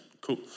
cool